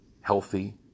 healthy